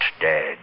dead